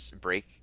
break